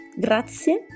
grazie